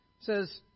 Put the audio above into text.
says